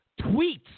tweets